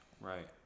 right